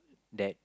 that